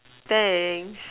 thanks